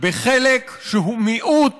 בחלק שהוא מיעוט